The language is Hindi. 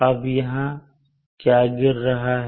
अब यहां क्या गिर रहा है